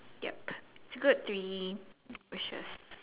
yup it's a good three sure